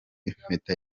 impeta